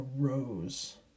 arose